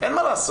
אין מה לעשות.